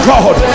God